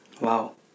wow